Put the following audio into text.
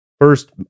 first